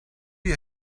you